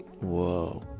Whoa